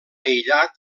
aïllat